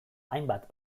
hainbat